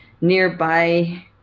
nearby